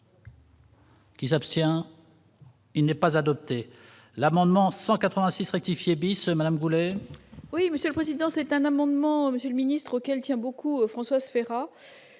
Qui s'abstient. Il n'est pas adopté l'amendement 186 rectifier bis Madame Boulet. Oui, Monsieur le Président, c'est un amendement Monsieur le Ministre, auquel tient beaucoup Françoise Ferrat